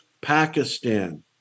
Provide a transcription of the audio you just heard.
Pakistan